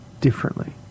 differently